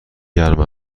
گرم